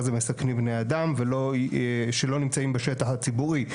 זה מסכנים בני אדם ושלא נמצאים בשטח הציבורי,